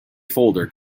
folder